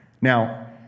Now